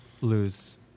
lose